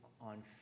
on